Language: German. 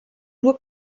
nur